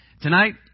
Tonight